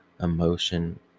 emotion